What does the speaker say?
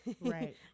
right